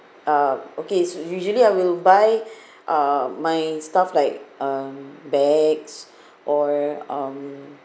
uh okay so usually I will buy uh my stuff like um bags or um